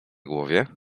głowie